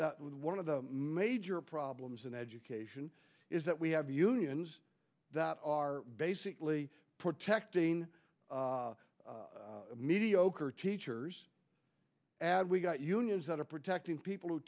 with one of the major problems in education is that we have unions that are basically protecting mediocre teachers add we got unions that are protecting people who